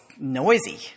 noisy